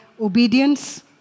obedience